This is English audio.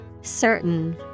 Certain